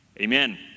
amen